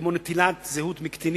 כמו נטילת אמצעי זהות מקטינים,